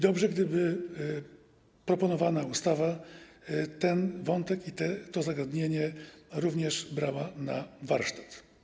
Dobrze byłoby, gdyby proponowana ustawa ten wątek i to zagadnienie również brała na warsztat.